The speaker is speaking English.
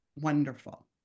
wonderful